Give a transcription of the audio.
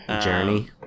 Journey